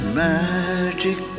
magic